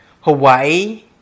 Hawaii